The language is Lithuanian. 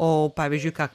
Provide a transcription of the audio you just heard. o pavyzdžiui ką